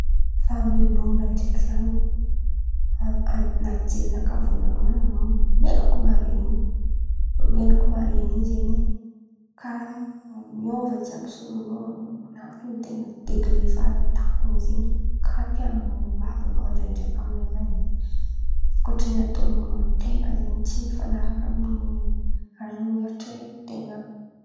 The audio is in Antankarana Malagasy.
Fahameloan̈a ndraiky zan̈y, a-an̈aty jerinakà vônaloan̈y, an̈ao meloko mare in̈y, an̈ao meloko mare in̈y zen̈y karàha miôva jiàby sôran̈ao an̈atiny degre fara-tampon̈y zen̈y karàha te hamon̈o olo àby an̈ao ndraindraiky aminany in̈y, vokatry ny ataon'olo amin-ten̈a zen̈y tsy mifan̈araka amy raha netitreretin-ten̈a.